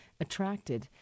attracted